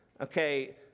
okay